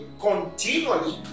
continually